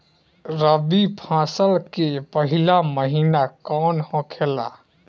रबी फसल के पहिला महिना कौन होखे ला?